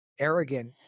arrogant